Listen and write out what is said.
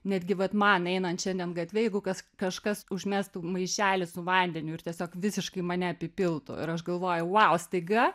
netgi vat man einant šiandien gatve jeigu kas kažkas užmestų maišelį su vandeniu ir tiesiog visiškai mane apipiltų ir aš galvoju vau staiga